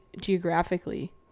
geographically